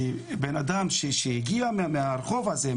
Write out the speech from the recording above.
שבנאדם שהגיע מהרחוב הזה,